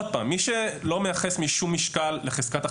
מי שלא מייחס משום משקל לחזקת החפות,